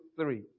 three